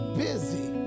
busy